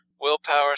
Willpower